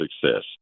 success